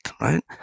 right